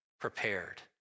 prepared